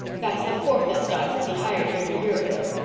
that's the fourth that's died since he hired here a year ago.